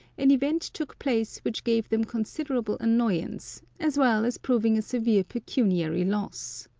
an event took place which gave them considerable annoyance, as well as proving a severe pecuniary loss.